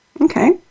Okay